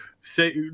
say